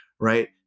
right